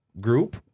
group